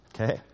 okay